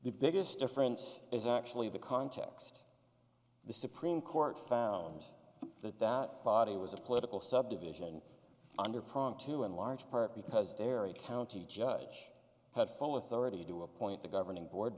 the biggest difference is actually the context the supreme court found that that body was a political subdivision under prong two in large part because terry county judge had full authority to appoint the governing board